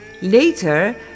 later